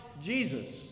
Jesus